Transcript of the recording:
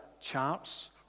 charts